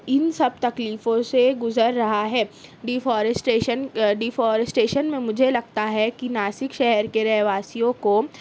ان سب تکلیفوں سے گزر رہا ہے ڈیفارسٹیشن ڈیفارسٹیشن میں مجھے لگتا ہے کہ ناسک شہر کے رہ واسیوں کو